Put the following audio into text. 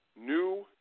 new